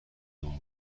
اون